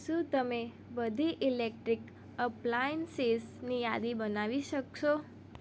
શું તમે બધી ઇલેક્ટ્રિક અપ્લાયન્સીસની યાદી બનાવી શકશો